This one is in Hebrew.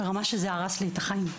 ברמה שזה הרס לי את החיים.